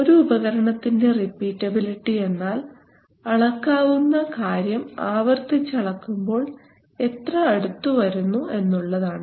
ഒരു ഉപകരണത്തിൻറെ റിപ്പീറ്റബിലിറ്റി എന്നാൽ അളക്കാവുന്ന കാര്യം ആവർത്തിച്ചു അളക്കുമ്പോൾ എത്ര അടുത്തുവരുന്നു എന്നുള്ളതാണ്